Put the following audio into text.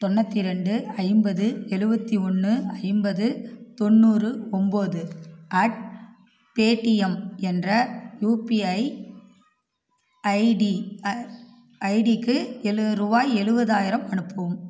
தொண்ணூற்றி ரெண்டு ஐம்பது எழுவத்தி ஒன்று ஐம்பது தொண்ணூறு ஒன்போது அட் பேடிஎம் என்ற யுபிஐ ஐடி ஐடிக்கு எழுவது ரூவாய் எழுவதாயிரம் அனுப்பவும்